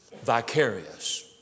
Vicarious